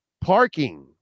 Parking